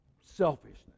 selfishness